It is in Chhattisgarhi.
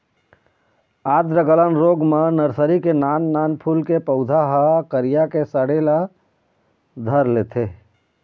आद्र गलन रोग म नरसरी के नान नान फूल के पउधा ह करिया के सड़े ल धर लेथे